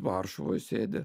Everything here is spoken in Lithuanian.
varšuvoj sėdi